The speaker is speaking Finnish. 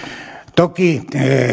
toki